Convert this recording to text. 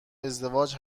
ازدواج